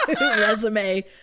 resume